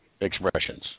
expressions